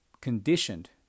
conditioned